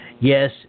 yes